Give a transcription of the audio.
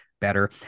better